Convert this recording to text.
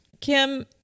Kim